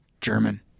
German